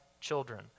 children